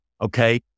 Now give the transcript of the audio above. Okay